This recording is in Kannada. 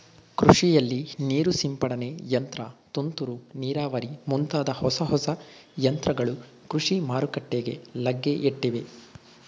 ಕೃಷಿಯಲ್ಲಿ ನೀರು ಸಿಂಪಡನೆ ಯಂತ್ರ, ತುಂತುರು ನೀರಾವರಿ ಮುಂತಾದ ಹೊಸ ಹೊಸ ಯಂತ್ರಗಳು ಕೃಷಿ ಮಾರುಕಟ್ಟೆಗೆ ಲಗ್ಗೆಯಿಟ್ಟಿವೆ